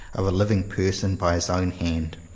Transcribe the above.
of a living person by his own hand.